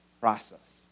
process